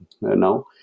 now